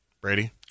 Brady